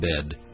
bed